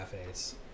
cafes